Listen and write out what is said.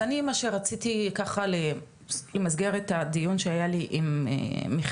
אז אני מה שרציתי ככה למסגר את הדיון שהיה לי עם מיכל,